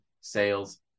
sales